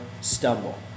stumble